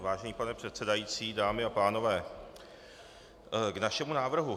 Vážený pane předsedající, dámy a pánové, k našemu návrhu.